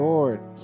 Lord